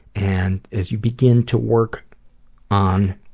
and as you begin to work on